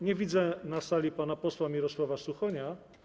Nie widzę na sali pana posła Mirosława Suchonia.